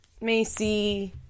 Macy